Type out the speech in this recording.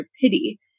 pity